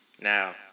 Now